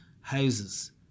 houses